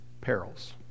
perils